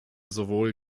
sowohl